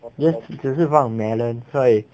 then 只是那种 melon 所以